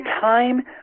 time